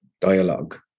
dialogue